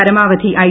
പരമാവധി ഐ